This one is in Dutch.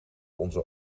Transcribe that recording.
onze